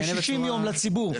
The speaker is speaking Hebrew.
ל-60 יום לציבור,